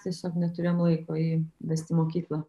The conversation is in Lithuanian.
tiesiog neturėjom laiko jį vest į mokyklą